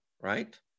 right